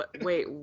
wait